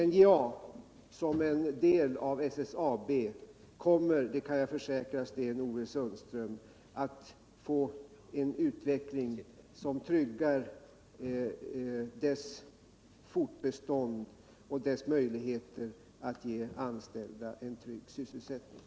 NJA kommer som en del av SSAB, det kan jag försäkra Sten-Ove Sundström, att få en utveckling som tryggar dess fortbestånd och dess möjligheter att ge de anställda en trygg sysselsättning.